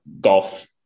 golf